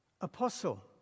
apostle